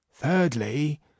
Thirdly